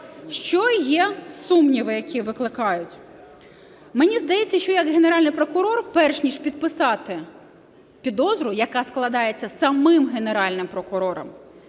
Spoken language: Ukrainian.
Що є, сумніви які виникають? Мені здається, що, як Генеральний прокурор, перш ніж підписати підозру, яка складається самим Генеральним прокурором,